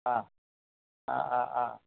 অ' অ' অ' অ'